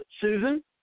Susan